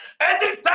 Anytime